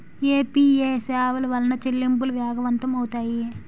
UPA సేవల వలన చెల్లింపులు వేగవంతం అవుతాయి